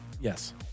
yes